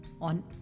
On